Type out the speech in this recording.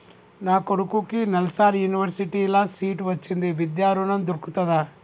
నా కొడుకుకి నల్సార్ యూనివర్సిటీ ల సీట్ వచ్చింది విద్య ఋణం దొర్కుతదా?